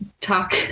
talk